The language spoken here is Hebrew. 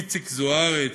איציק זוארץ,